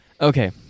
Okay